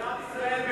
בעזרת ישראל ביתנו,